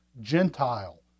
Gentile